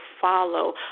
follow